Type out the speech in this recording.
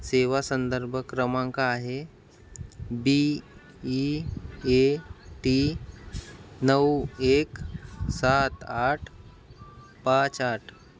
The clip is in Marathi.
सेवा संदर्भ क्रमांक आहे बी ई ए टी नऊ एक सात आठ पाच आठ